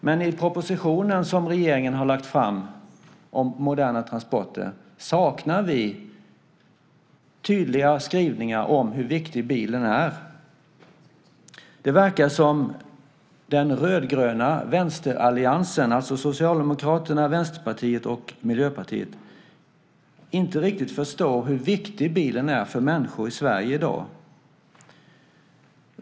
Men i den proposition som regeringen har lagt fram om moderna transporter saknar vi tydliga skrivningar om hur viktig bilen är. Det verkar som om den rödgröna vänsteralliansen, Socialdemokraterna, Vänsterpartiet och Miljöpartiet, inte riktigt förstår hur viktig bilen är för människor i Sverige i dag.